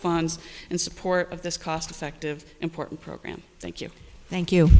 funds in support of this cost effective important program thank you thank you